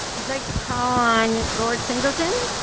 i'd like to call on gord singleton,